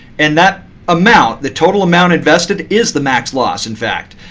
and that amount, the total amount invested, is the max loss, in fact.